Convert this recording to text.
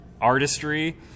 artistry